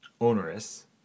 onerous